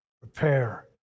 prepare